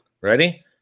Ready